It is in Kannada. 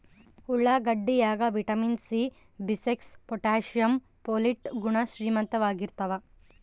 ಉಳ್ಳಾಗಡ್ಡಿ ಯಾಗ vitamin C B six potassium folate ಗುಣ ಶ್ರೀಮಂತವಾಗಿರ್ತಾವ